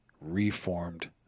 reformed